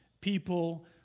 people